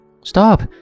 Stop